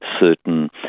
certain